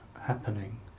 happening